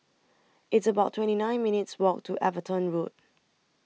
It's about twenty nine minutes' Walk to Everton Road